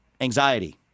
anxiety